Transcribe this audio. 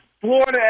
Florida